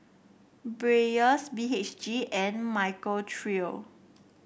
Dreyers B H G and Michael Trio